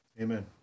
Amen